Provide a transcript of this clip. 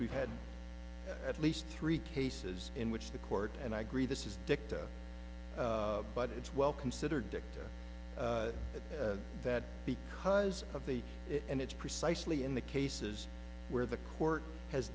we've had at least three cases in which the court and i agree this is dicta but it's well considered victor that because of the and it's precisely in the cases where the court has